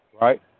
Right